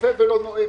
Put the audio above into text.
רופא ולא נואם,